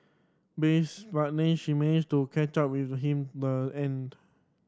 base but they she managed to catch up with him the end